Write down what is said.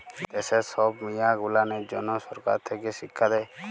দ্যাশের ছব মিয়াঁ গুলানের জ্যনহ সরকার থ্যাকে শিখ্খা দেই